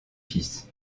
fils